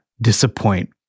disappoint